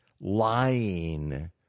lying